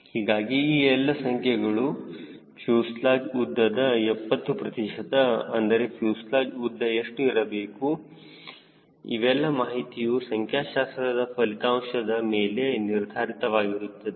ಹೀಗಾಗಿ ಈ ಎಲ್ಲ ಸಂಖ್ಯೆಗಳು ಫ್ಯೂಸೆಲಾಜ್ ಉದ್ದದ 70 ಪ್ರತಿಶತ ಅಂದರೆ ಫ್ಯೂಸೆಲಾಜ್ ಉದ್ದ ಎಷ್ಟು ಇರುತ್ತದೆ ಇವೆಲ್ಲ ಮಾಹಿತಿಯು ಸಂಖ್ಯಾಶಾಸ್ತ್ರದ ಫಲಿತಾಂಶದ ಮೇಲೆ ನಿರ್ಧಾರಿತವಾಗಿರುತ್ತದೆ